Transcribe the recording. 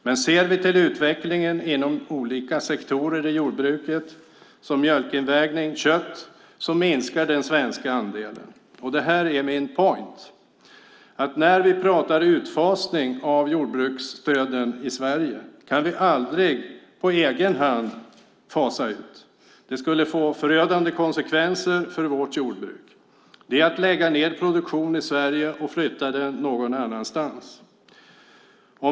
Men ser vi till utvecklingen inom olika sektorer i jordbruket, som mjölkinvägning och kött, minskar den svenska andelen. Här är min poäng att när vi pratar utfasning av jordbruksstöden i Sverige kan vi aldrig på egen hand fasa ut. Det skulle få förödande konsekvenser för vårt jordbruk. Det är att lägga ned produktion i Sverige och flytta den någon annanstans.